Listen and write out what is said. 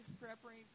preparing